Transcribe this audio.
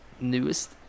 newest